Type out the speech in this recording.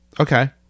okay